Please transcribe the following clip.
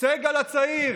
"סגל הצעיר,